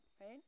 right